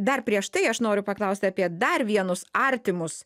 dar prieš tai aš noriu paklausti apie dar vienus artimus